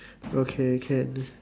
okay can